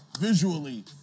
Visually